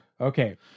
Okay